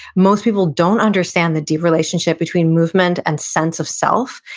most people don't understand the deep relationship between movement and sense of self,